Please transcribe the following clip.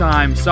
Time